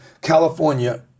California